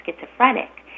schizophrenic